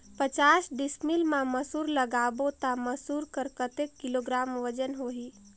पचास डिसमिल मा मसुर लगाबो ता मसुर कर कतेक किलोग्राम वजन होही?